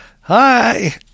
hi